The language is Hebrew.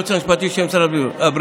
היועץ המשפטי של משרד הבריאות: